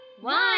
One